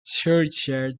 churchyard